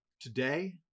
Today